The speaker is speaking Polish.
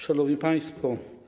Szanowni Państwo!